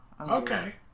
okay